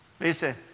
Listen